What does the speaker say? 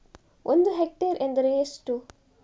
ಒಂದು ಹೆಕ್ಟೇರ್ ಎಂದರೆ ಎಷ್ಟು?